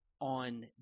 on